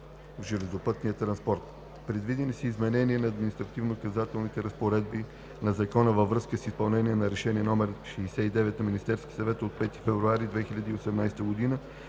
в железопътния транспорт. Предвидени са изменения в административнонаказателните разпоредби на Закона във връзка с изпълнение на Решение № 69 на Министерския съвет от 5 февруари 2018 г.